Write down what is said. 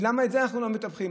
למה את זה אנחנו לא מטפחים?